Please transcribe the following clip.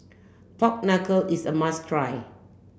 Pork Knuckle is a must try